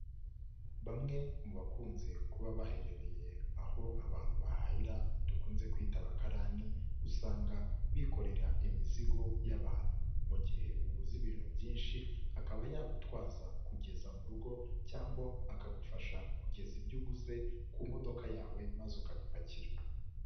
Bamwe mu bakunze kuba bahererereye aho abantu bahahira dukunze kwita abakarani usanga bikorera imizigo y'abantu, mu gihe ubuze ibintu byinshi akaba yagutwaza kugeza mu rugo cyangwa akagufasha kugeza ibyo uguze ku modoka yawe maze ukabipakira.